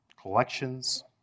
collections